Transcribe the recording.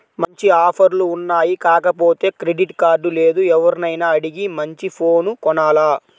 మంచి ఆఫర్లు ఉన్నాయి కాకపోతే క్రెడిట్ కార్డు లేదు, ఎవర్నైనా అడిగి మంచి ఫోను కొనాల